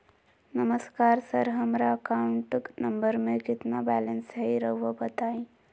नमस्कार सर हमरा account number में कितना बैलेंस हेई राहुर बताई?